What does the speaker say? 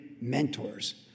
mentors